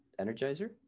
Energizer